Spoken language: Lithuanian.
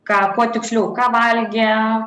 ką kuo tiksliau ką valgė